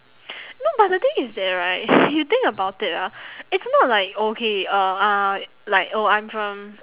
no but the thing is that right you think about it ah it's not like okay uh uh like oh I'm from